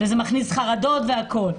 וזה מכניס חרדות והכול.